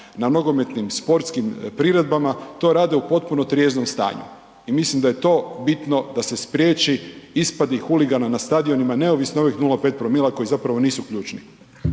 na nogometnim, sportskim priredbama, to rade u potpuno trijeznom stanju i mislim da je to bitno da se spriječi ispadi huligana na stadionima neovisno o ovih 0,5 promila koji zapravo nisu ključni.